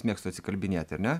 mėgstu atsikalbinėti ar ne